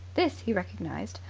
this, he recognized,